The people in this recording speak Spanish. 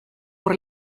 por